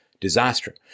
disaster